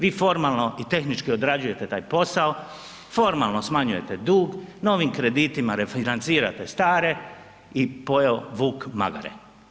Vi formalno i tehnički odrađujete taj posao, formalno smanjujete dug, novim kreditima refinancirate stare i pojeo vuk magare.